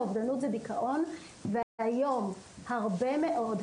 לאובדנות זה דיכאון והיום הרבה מאוד,